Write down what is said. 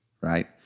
Right